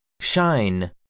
Shine